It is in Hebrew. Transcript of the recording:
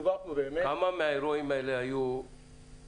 מדובר פה באמת -- כמה מהאירועים האלה היו בחיבורים